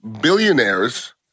Billionaires